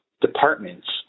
departments